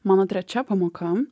mano trečia pamoka